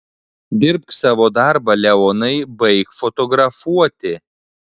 dirbk savo darbą leonai baik fotografuoti